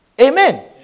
Amen